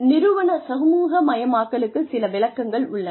நிறுவன சமூகமயமாக்கலுக்கு சில விளக்கங்கள் உள்ளன